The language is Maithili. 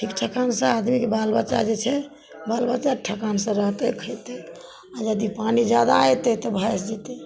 ठीक ठाक रहय से आदमीके बाल बच्चा जे छै बाल बच्चा ठेकान से रहतै खयतै आ जदी पानि जादा अयतै तऽ भसि जेतै